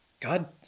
God